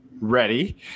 ready